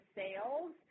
sales